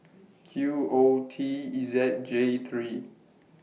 Q O T E Z J three